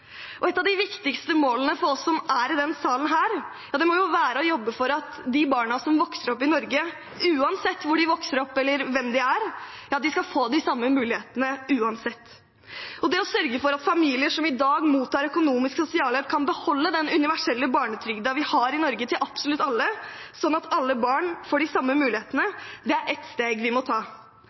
Et av de viktigste målene for oss som er i denne salen, må jo være å jobbe for at de barna som vokser opp i Norge, uansett hvor de vokser opp eller hvem de er, skal få de samme mulighetene uansett. Det å sørge for at familier som i dag mottar økonomisk sosialhjelp, kan beholde den universelle barnetrygden vi har for absolutt alle i Norge, sånn at alle barn får de samme mulighetene, er ett steg vi må ta.